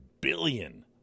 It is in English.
billion